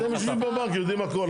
אתם יושבים בבנק, יודעים הכל.